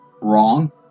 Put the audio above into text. wrong